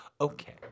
Okay